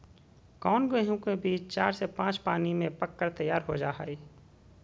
कौन गेंहू के बीज चार से पाँच पानी में पक कर तैयार हो जा हाय?